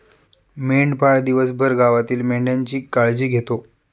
मेंढपाळ दिवसभर गावातील मेंढ्यांची काळजी घेतो